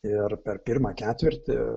ir per pirmą ketvirtį